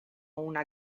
una